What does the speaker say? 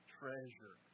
treasure